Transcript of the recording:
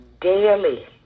daily